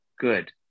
good